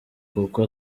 kuko